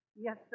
Yes